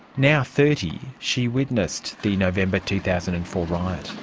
now thirty, she witnessed the november two thousand and four riot.